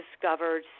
discovered